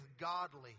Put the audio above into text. godly